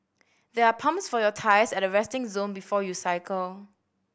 there are pumps for your tyres at the resting zone before you cycle